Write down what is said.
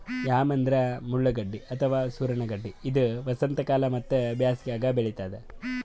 yam ಅಂದ್ರ ಮುಳ್ಳಗಡ್ಡಿ ಅಥವಾ ಸೂರಣ ಗಡ್ಡಿ ಇದು ವಸಂತಕಾಲ ಮತ್ತ್ ಬ್ಯಾಸಿಗ್ಯಾಗ್ ಬೆಳಿತದ್